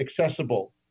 accessible